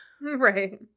Right